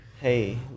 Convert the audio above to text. Hey